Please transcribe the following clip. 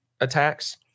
attacks